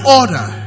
order